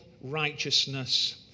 righteousness